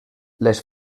les